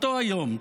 אותו היום,